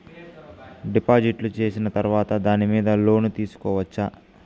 డిపాజిట్లు సేసిన తర్వాత దాని మీద లోను తీసుకోవచ్చా?